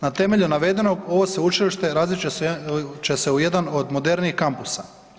Na temelju navedenog, ovo Sveučilište razvit će se u jedan od modernijih kampusa.